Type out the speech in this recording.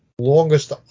longest